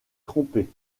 tromper